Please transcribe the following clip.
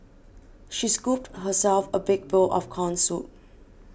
she scooped herself a big bowl of Corn Soup